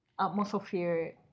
atmosphere